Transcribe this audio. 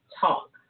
talk